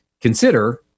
consider